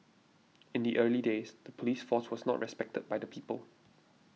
in the early days the police force was not respected by the people